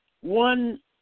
One